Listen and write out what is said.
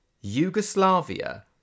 Yugoslavia